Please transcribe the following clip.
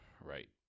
Right